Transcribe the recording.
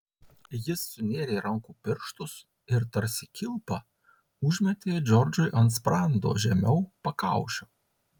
jis sunėrė rankų pirštus ir tarsi kilpą užmetė džordžui ant sprando žemiau pakaušio